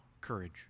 courage